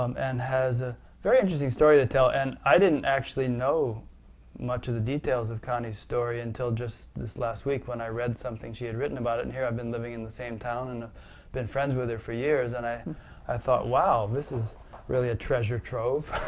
um and has a very interesting story to tell. and i didn't actually know much of the details of connie's story until just this last week when i read something she had written about it, and here i have been living in the same town and been friends with her for years and i i thought, wow! this is really a treasure trove.